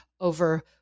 over